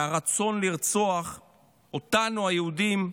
והרצון לרצוח אותנו, היהודים,